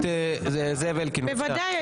תודה.